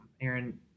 Aaron